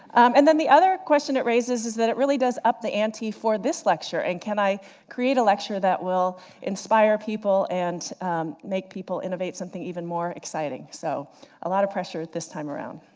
and then the other question it raises, is that it really does up the ante for this lecture, and can i create a lecture that will inspire people and make people innovate something even more exciting? so a lot of pressure this time around.